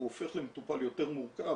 הוא הופך למטופל יותר מורכב,